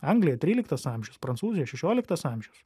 anglija tryliktas amžius prancūzija šešioliktas amžius